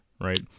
right